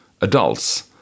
adults